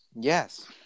yes